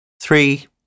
three